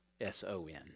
S-O-N